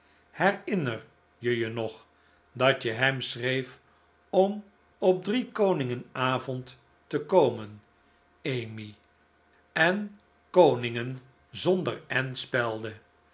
herinner je je nog dat je hem schreef om op driekoningen avond te komen emmy en koningen zonder n spelde